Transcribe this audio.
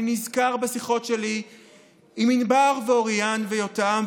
אני נזכר בשיחות שלי עם ענבר ואוריאן ויותם,